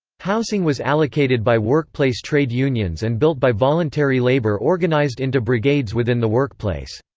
housing was allocated by workplace trade unions and built by voluntary labor organised into brigades within the workplace.